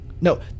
No